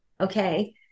Okay